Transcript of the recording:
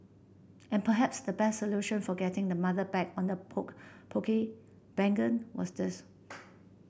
and perhaps the best solution for getting the mother back on the Poke was this